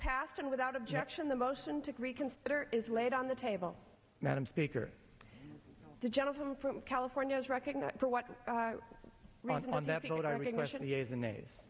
passed and without objection the motion to reconsider is laid on the table madam speaker the gentleman from california is recognized for what